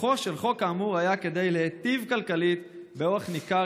בכוחו של חוק כאמור היה כדי להיטיב כלכלית באורח ניכר